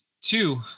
two